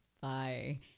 bye